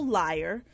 liar